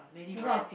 a lot